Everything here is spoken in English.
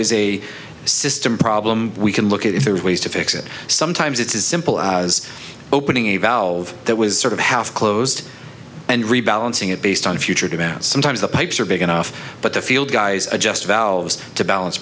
is a system problem we can look at if there's ways to fix it sometimes it's as simple as opening a valve that was sort of half closed and rebalancing it based on future demands sometimes the pipes are big enough but the field guys are just valves to balance